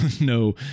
no